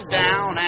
down